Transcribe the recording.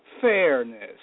fairness